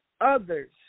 others